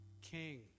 King